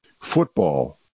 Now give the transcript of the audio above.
football